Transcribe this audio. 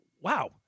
wow